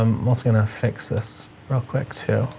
i'm mostly gonna fix this real quick too.